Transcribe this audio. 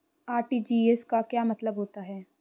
RTGS का क्या मतलब होता है?